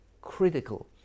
critical